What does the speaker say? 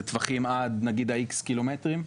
זה טווחים נגיד עד ה-X קילומטרים?